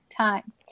time